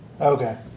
Okay